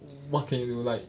what can you do like